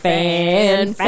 Fan